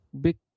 big